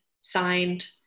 signed